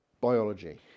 biology